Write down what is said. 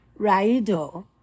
raido